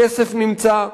הכסף נמצא,